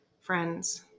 Friends